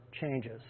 changes